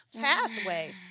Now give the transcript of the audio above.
pathway